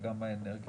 גם בנק ישראל.